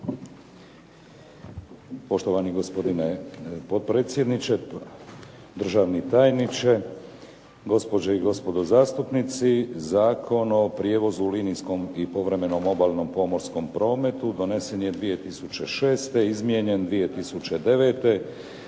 Poštovani gospodine potpredsjedniče, državni tajniče, gospođe i gospodo zastupnici. Zakon o prijevozu u linijskom i povremenom obalnom pomorskom prometu donesen je 2006., izmijenjen 2009.